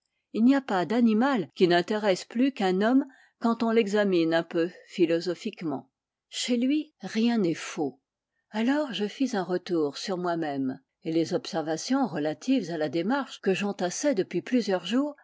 il n'y a pas d'animal qui n'intéresse plus qu'un homme quand on l'examine un peu philosophiquement chez lui rien n'est faux alors je fis un retour sur moimême et les observations relatives à la démarche que j'entassais depuis plusieurs jours